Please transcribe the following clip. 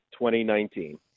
2019